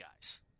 guys